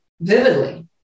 vividly